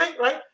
right